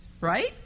right